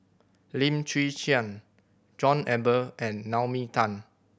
Lim Chwee Chian John Eber and Naomi Tan